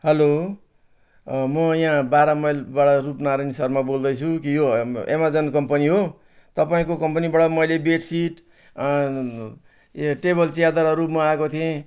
hello म यहाँ बाह्र माइलबाट रुप नारायण शर्मा बोल्दैछु कि यो एमाजोन कम्पनी हो तपाईँको कम्पनीबाट मैले बेडसिट यो टेबल च्यादरहरू मगाएको थिएँ